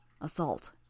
Assault